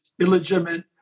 illegitimate